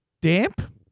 damp